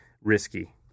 risky